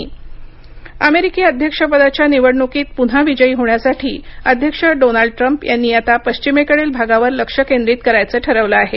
Trump अमेरिकी अध्यक्षपदाच्या निवडणुकीत पुन्हा विजयी होण्यासाठी अध्यक्ष डोनाल्ड ट्रम्प यांनी आता पश्चिमेकडील भागावर लक्ष केंद्रित करायचं ठरवलं आहे